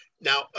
Now